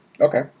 Okay